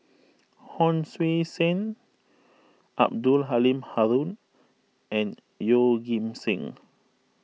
Hon Sui Sen Abdul Halim Haron and Yeoh Ghim Seng